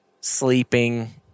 sleeping